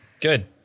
Good